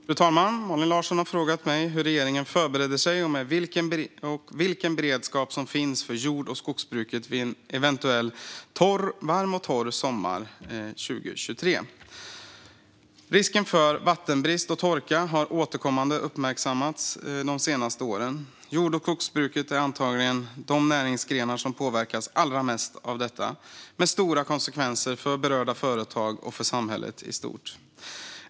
Fru talman! har frågat mig hur regeringen förbereder sig och vilken beredskap som finns för jord och skogsbruket vid en eventuell varm och torr sommar 2023. Risken för vattenbrist och torka har återkommande uppmärksammats de senaste åren. Jord och skogsbruket är antagligen de näringsgrenar som påverkas allra mest av detta, med stora konsekvenser för berörda företag och för samhället i stort.